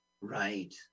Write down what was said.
Right